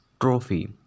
Trophy